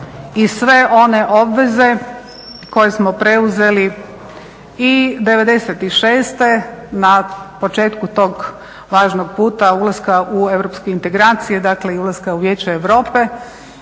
i sve one obveze koje smo preuzeli i '96. na početku tog važnog puta ulaska u europske integracije, dakle i ulaska u Vijeće Europe,